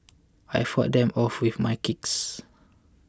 I fought them off with my kicks